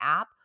app